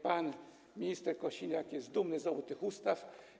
Pan minister Kosiniak jest dumny z obu tych ustaw.